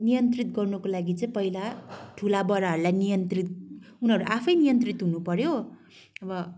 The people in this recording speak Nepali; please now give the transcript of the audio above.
नियन्त्रित गर्नुको लागि चाहिँ पहिला ठुलाबडाहरूलाई नियन्त्रित उनीहरू आफै नियन्त्रित हुनुपऱ्यो अब